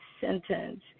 sentence